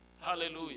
Hallelujah